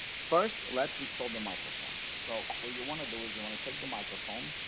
first, let's install the microphone. so, what you want to do is you want to take the microphone